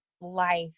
life